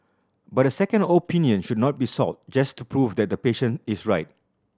but a second opinion should not be sought just to prove that the patient is right